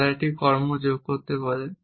তারা একটি কর্ম যোগ করতে পারে